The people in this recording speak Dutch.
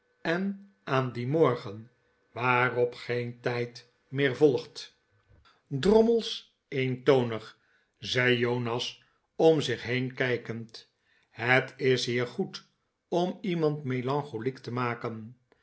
en aan dien morgen waarop geen tijd meer volgt een verboden onderwerp drommels eentonig zei jonas om zich heen kijkerid het is hier goed om iemand melancholiek te maken